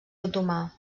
otomà